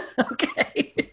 Okay